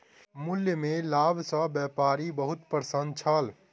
मूल्य में लाभ सॅ व्यापारी बहुत प्रसन्न छल